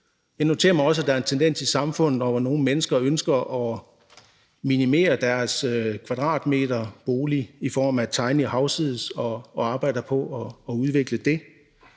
Jeg noterer mig også, at der er en tendens i samfundet til, at nogle mennesker ønsker at minimere deres boligkvadratmeter i form af tiny houses og arbejder på at udvikle det.